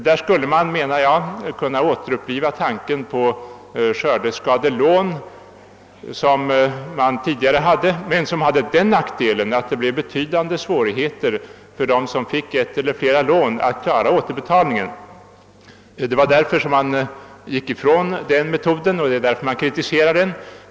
Man borde, anser jag, kunna återuppliva tanken på de skördeskadelån, som man tidigare hade men som hade den nackdelen att det blev betydande svårigheter för dem som fick ett eller flera lån att klara återbetalningen. Det var därför man gick ifrån den metoden, och det är därför man kritiserar den.